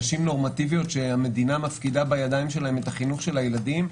נשים נורמטיביות שהמדינה מפקידה בידיים שלהן את חינוך הילדים,